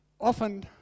Often